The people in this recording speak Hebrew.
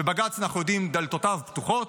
ובג"ץ, אנחנו יודעים, דלתותיו פתוחות.